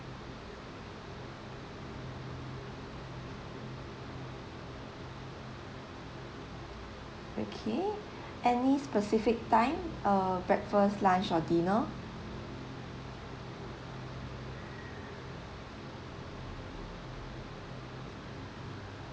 okay any specific time err breakfast lunch or dinner